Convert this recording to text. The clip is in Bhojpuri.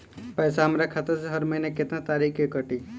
पैसा हमरा खाता से हर महीना केतना तारीक के कटी?